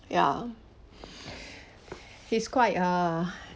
ya he's quite uh